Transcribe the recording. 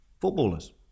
footballers